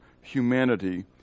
humanity